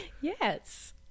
Yes